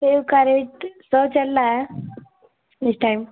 सेब का रेट सौ चल रहा है इस टाइम